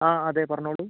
ആ അതെ പറഞ്ഞോളൂ